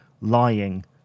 lying